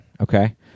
okay